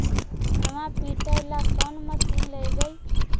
धनमा पिटेला कौन मशीन लैबै?